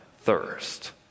thirst